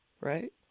right